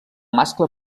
mascle